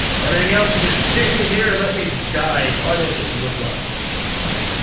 everything else can just sit in here and let me die. oh i didn't get the wood logs. that's fine.